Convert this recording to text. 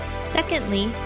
Secondly